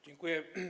Dziękuję.